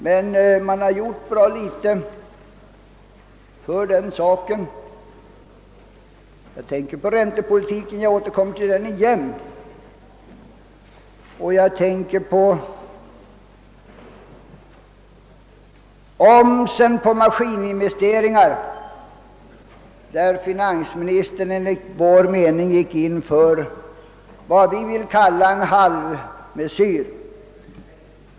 Men regeringspartiet har gjort bra litet för att underlätta detta. Jag tänker bl.a. på räntepolitiken, som jag återkommer till senare. Jag tänker också på omsen på maskininvesteringar, beträffande vilken finansministern enligt vår mening gick in för vad som kan kallas en halvmesyr.